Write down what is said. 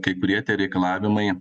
kai kurie tie reikalavimai